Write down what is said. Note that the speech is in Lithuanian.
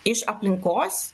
iš aplinkos